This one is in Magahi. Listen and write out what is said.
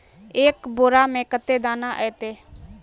एक बोड़ा में कते दाना ऐते?